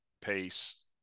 pace